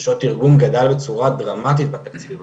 תרגום גדל בצורה דרמטית בתקציב